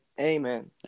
Amen